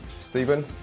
Stephen